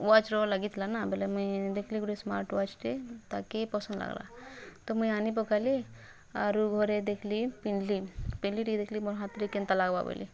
ୱାଚ୍ର ଲାଗିଥିଲା ନା ବୋଲେ ମୁଇଁ ଦେଖଲି ଗୁଟେ ସ୍ମାର୍ଟ ୱାଚ୍ଟେ ତାକେ ପସନ୍ଦ ଲାଗ୍ଲା ତ ମୁଇଁ ଆନି ପକାଲି ଆରୁ ଘରେ ଦେଖ୍ଲି ପିନ୍ଧ୍ଲି ପିନ୍ଧ୍କି ଟିକେ ଦେଖ୍ଲି ମୋର୍ ହାତ୍ରେ କେନ୍ତା ଲାଗ୍ବା ବୋଲି